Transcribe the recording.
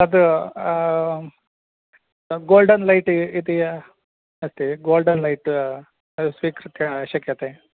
तद् तद् golden light इ इति अस्ति गोल्डेन् लैट् स्वीकृत्य शक्यते